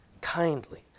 kindly